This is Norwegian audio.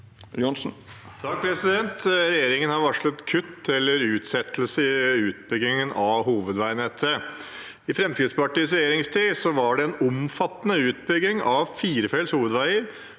Johnsen (FrP) «Regjeringen har varslet kutt eller utsettelse i utbygging av hovedveinettet. I Fremskrittspartiets regjeringstid var det en omfattende utbygging av firefelts hovedveier.